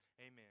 amen